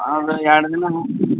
ಆದ್ರೆ ಎರಡು ದಿನ